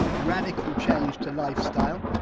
radical change to lifestyle,